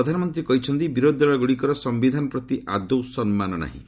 ପ୍ରଧାନମନ୍ତ୍ରୀ କହିଛନ୍ତି ବିରୋଧୀ ଦଳଗୁଡ଼ିକର ସମ୍ଘିଧାନ ପ୍ରତି ଆତଦ୍ୟି ସମ୍ମାନ ନାହିଁ